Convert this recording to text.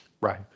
Right